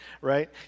right